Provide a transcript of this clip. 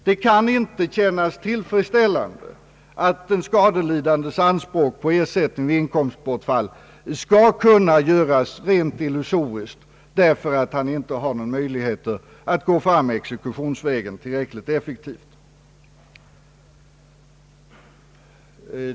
Det kan inte kännas tillfredsställande att den skadelidandes anspråk på ersättning vid inkomstbortfall blir rent illusoriskt därför att han inte har möjligheter att exekutionsvägen gå fram tillräckligt effektivt.